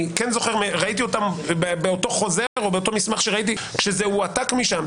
ראיתי אותה באותו חוזר או באותו מסמך שראיתי כשזה הועתק משם,